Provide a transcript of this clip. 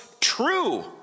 true